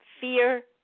Fear